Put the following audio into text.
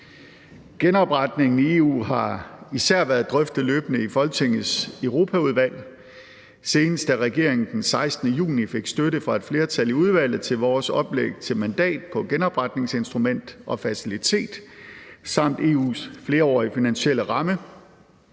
Genopretningen i EU har især været drøftet løbende i Folketingets Europaudvalg, senest da regeringen den 16. juni fik støtte fra et flertal i udvalget til vores oplæg til mandat på genopretningsinstrument og -facilitet samt EU's flerårige finansielle ramme.